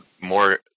more